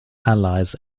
allies